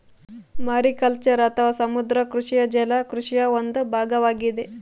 mariculture ಅಥವಾ ಸಮುದ್ರ ಕೃಷಿಯು ಜಲ ಕೃಷಿಯ ಒಂದು ಭಾಗವಾಗಿದೆ